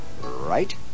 right